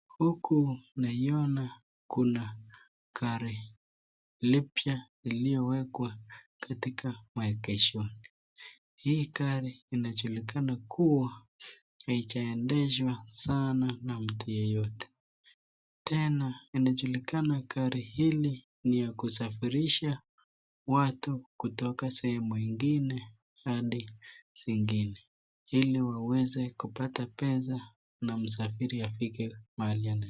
Huku naiona kuna gari lipya iliyowekwa katika maegeshoni. Hii gari inajulikana kuwa haijaendeshwa sana na mtu yeyote. Tena inajulikana gari hili ni la kusafirisha watu kutoka sehemu ingine hadi zingine ili waweze kupata pesa na msafiri aweze kufika mahali anaenda.